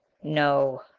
no!